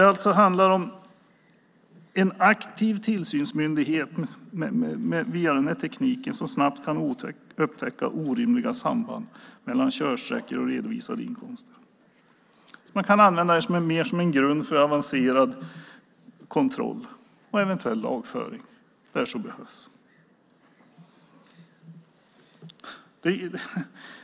Det handlar alltså om en via tekniken på området aktiv tillsynsmyndighet som snabbt kan upptäcka orimliga samband mellan körsträckor och redovisade inkomster. Man kan använda detta mer som en grund för avancerad kontroll och för lagföring när sådan behövs.